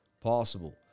possible